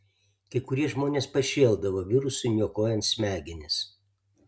kai kurie žmonės pašėldavo virusui niokojant smegenis